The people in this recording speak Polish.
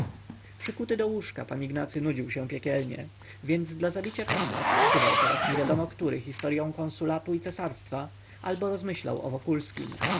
przykuty do łóżka pan ignacy nudził się piekielnie więc dla zabicia czasu odczytywał poraz niewiadomo który historyą konsulatu i cesarstwa albo rozmyślał o wokulskim